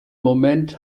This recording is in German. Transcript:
moment